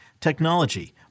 technology